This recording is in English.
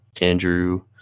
Andrew